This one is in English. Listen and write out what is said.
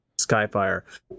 skyfire